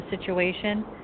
situation